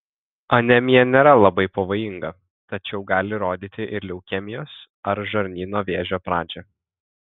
anemija nėra labai pavojinga tačiau gali rodyti ir leukemijos ar žarnyno vėžio pradžią